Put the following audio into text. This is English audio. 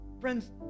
Friends